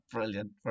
Brilliant